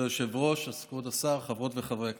כבוד היושב-ראש, כבוד השר, חברות וחברי הכנסת,